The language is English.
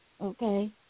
okay